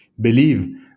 believe